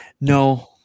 No